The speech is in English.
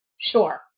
sure